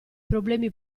problemi